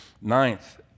Ninth